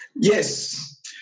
Yes